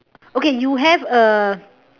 okay you have a